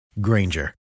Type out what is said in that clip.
Granger